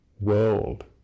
world